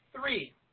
three